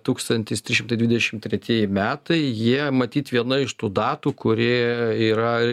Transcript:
tūkstantis trys šimtai dvidešimt tretieji metai jie matyt viena iš tų datų kuri yra